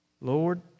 Lord